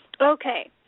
Okay